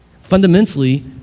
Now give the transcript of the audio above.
Fundamentally